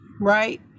right